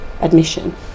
admission